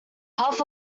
half